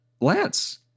Lance